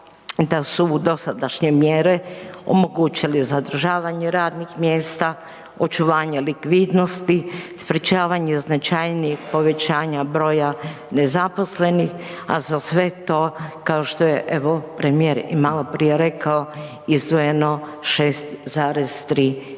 da su dosadašnje mjere omogućili zadržavanje radnih mjesta, očuvanje likvidnosti, sprječavanje značajnijih povećanja broja nezaposlenih, a za sve to kao što je evo premijer i maloprije rekao izdvojeno 6,3 milijarde